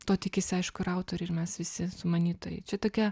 to tikisi aišku ir autoriai ir mes visi sumanytojai čia tokia